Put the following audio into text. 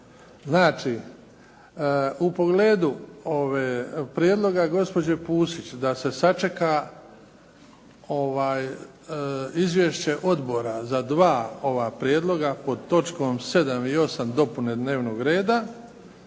Znači, u pogledu prijedloga gospođe Pusić da se sačeka izvješće odbora za dva ova prijedloga pod točkom 7. i 8. dopune dnevnog reda,